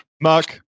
Mark